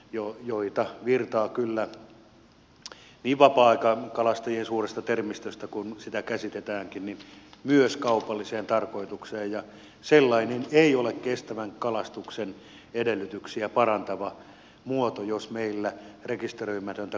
kalaa virtaa kyllä niin vapaa ajankalastajien suuressa termistössä kuin se käsitetäänkin myös kaupalliseen tarkoitukseen ja sellainen ei ole kestävän kalastuksen edellytyksiä parantava muoto jos meillä rekisteröimätöntä kalansaalista menee myyntiin